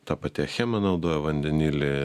ta pati achema naudoja vandenilį